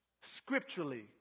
scripturally